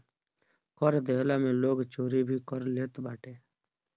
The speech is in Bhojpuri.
कर देहला में लोग चोरी भी कर लेत बाटे